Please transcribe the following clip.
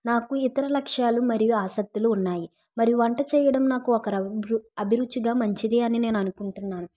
నాకు ఇతర లక్ష్యాలు మరియు ఆసక్తులు ఉన్నాయి మరియు వంట చేయడం నాకు ఒక అభిరుచిగా మంచిదే అని నేను అనుకుంటున్నాను